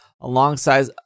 alongside